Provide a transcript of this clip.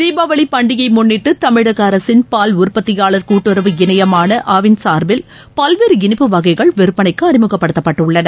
தீபாவளி பண்டிகையை முன்னிட்டு தமிழக அரசின் பால் உற்பத்தியாளர் கூட்டுறவு இணையமான ஆவின் சார்பில் பல்வேறு இனிப்பு வகைகள் விற்பனைக்கு அறிமுகப்படுத்தப்பட்டுள்ளன